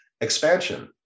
expansion